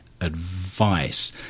advice